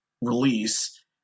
Release